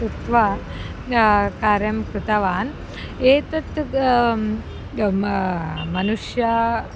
उक्त्वा कार्यं कृतवान् एतत् मा मनुष्याः